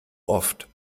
oft